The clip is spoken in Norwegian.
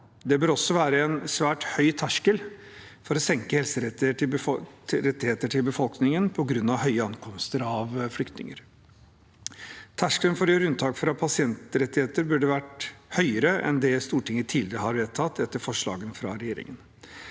(videreføring m.m.) svært høy terskel for å senke befolkningens helserettigheter på grunn av høye ankomster av flyktninger. Terskelen for å gjøre unntak fra pasientrettigheter burde vært høyere enn det Stortinget tidligere har vedtatt etter forslag fra regjeringen.